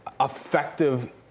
effective